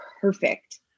perfect